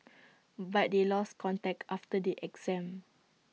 but they lost contact after the exam